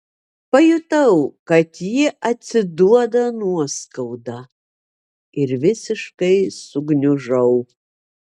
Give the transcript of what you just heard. pajutau kad ji atsiduoda nuoskauda ir visiškai sugniužau